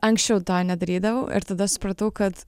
anksčiau to nedarydavau ir tada supratau kad